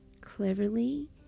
cleverly